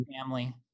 family